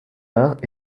arts